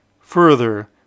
further